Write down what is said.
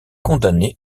condamnée